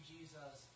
Jesus